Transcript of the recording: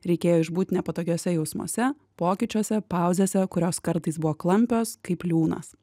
reikėjo išbūt nepatogiuose jausmuose pokyčiuose pauzėse kurios kartais buvo klampios kaip liūnas